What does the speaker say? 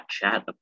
chat